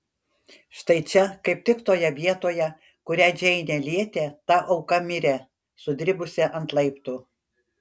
štai čia kaip tik toje vietoje kurią džeinė lietė ta auka mirė sudribusi ant laiptų